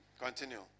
Continue